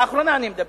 לאחרונה, אני מדבר.